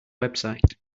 website